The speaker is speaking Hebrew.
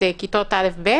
כיתות א-ב,